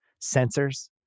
sensors